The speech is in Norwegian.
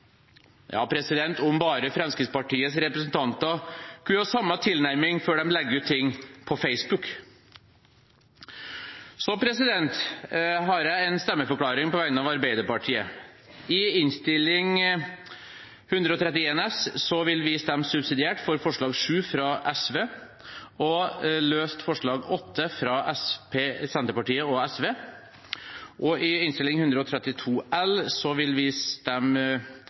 Ja, om bare Fremskrittspartiets representanter kunne ha samme tilnærming før de legger ut ting på Facebook. Så har jeg en stemmeforklaring på vegne av Arbeiderpartiet. Når det gjelder Innst. 131 S, vil vi stemme subsidiært for forslag nr. 7, fra SV, og løst forslag, nr. 8, fra Senterpartiet og SV. Når det gjelder Innst. 132 L, vil vi stemme